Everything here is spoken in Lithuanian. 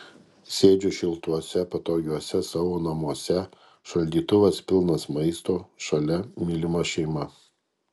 sėdžiu šiltuose patogiuose savo namuose šaldytuvas pilnas maisto šalia mylima šeima